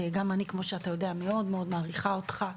גם אני כמו שאתה יודע מאוד מאוד מעריכה אותך,